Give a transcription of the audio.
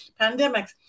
pandemics